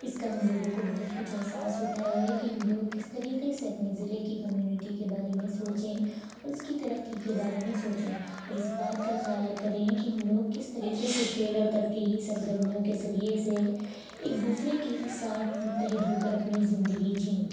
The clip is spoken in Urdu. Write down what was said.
اس کا ہم لوگوں کو بہت کچھ احساس ہوتا ہے کہ ہم لوگ کس طریقے سے اپنے ضلعے کی کمیونٹی کے بارے میں سوچیں اور اس کی ترقی کے بارے میں سوچیں اور اس بات کا خیال کریں کہ ہم لوگ کس طریقے سے کھیل اور تفریحی سرگرمیوں کے ذریعے سے ایک دوسرے کے ہی ساتھ متحد ہو کر اپنی زندگی جئیں